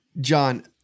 John